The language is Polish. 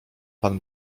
pan